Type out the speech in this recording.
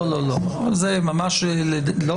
לא, לא, זה ממש לא.